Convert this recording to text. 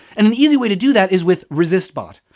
an an easy way to do that is with resistbot.